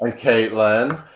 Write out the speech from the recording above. and caitlin.